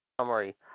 summary